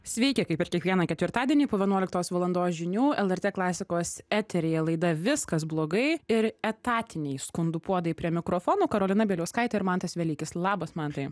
sveiki kaip ir kiekvieną ketvirtadienį po vienuoliktos valandos žinių lrt klasikos eteryje laida viskas blogai ir etatiniai skundų puodai prie mikrofono karolina bieliauskaitė ir mantas velykis labas mantai